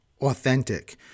authentic